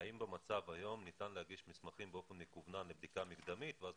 האם במצב היום ניתן להגיש מסמכים באופן מקוון לבדיקה מקדמית ואז